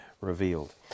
revealed